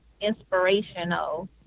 inspirational